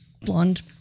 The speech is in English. blonde